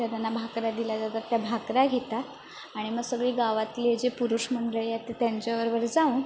तेव्हा त्यांना भाकऱ्या दिल्या जातात त्या भाकऱ्या घेतात आणि मग सगळी गावातली जी पुरुष मंडळी आहेत तर त्यांच्याबरोबर जाऊन